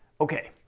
okay,